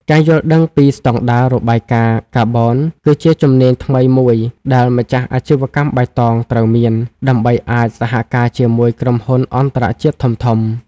ការយល់ដឹងពី "ស្ដង់ដាររបាយការណ៍កាបូន" គឺជាជំនាញថ្មីមួយដែលម្ចាស់អាជីវកម្មបៃតងត្រូវមាន ដើម្បីអាចសហការជាមួយក្រុមហ៊ុនអន្តរជាតិធំៗ។